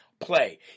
play